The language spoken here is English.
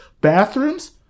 bathrooms